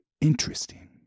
Interesting